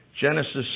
Genesis